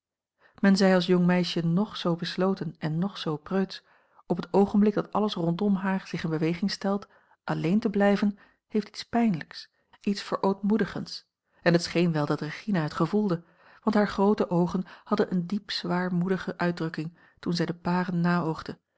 men zij als jong meisje ng zoo besloten en ng zoo preutsch op het oogenblik dat alles rondom haar zich in beweging stelt alleen te blijven heeft iets pijnlijks iets verootmoedigends en t scheen wel dat regina het gevoelde want hare groote oogen hadden eene diep zwaarmoedige uitdrukking toen zij de paren